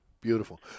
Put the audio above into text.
beautiful